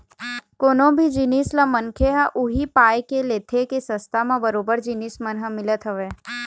कोनो भी जिनिस ल मनखे ह उही पाय के लेथे के सस्ता म बरोबर जिनिस मन ह मिलत हवय